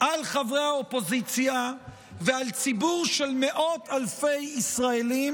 על חברי האופוזיציה ועל ציבור של מאות אלפי ישראלים,